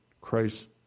Christ